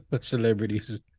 celebrities